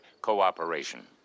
cooperation